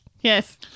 yes